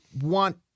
want